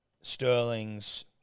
Sterling's